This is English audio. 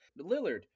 Lillard